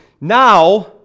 now